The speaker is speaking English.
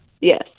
Yes